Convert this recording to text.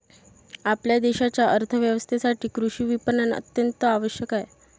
आपल्या देशाच्या अर्थ व्यवस्थेसाठी कृषी विपणन अत्यंत आवश्यक आहे